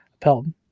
Pelton